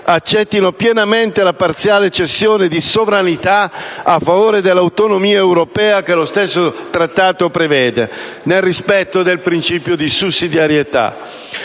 accettino pienamente la parziale cessione di sovranità a favore dell'autonomia europea che lo stesso Trattato prevede, nel rispetto del principio di sussidiarietà.